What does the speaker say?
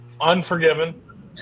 Unforgiven